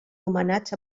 nomenats